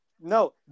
No